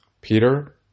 Peter